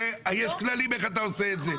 יש כללים איך אתה עושה את זה.